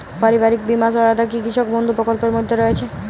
পারিবারিক বীমা সহায়তা কি কৃষক বন্ধু প্রকল্পের মধ্যে রয়েছে?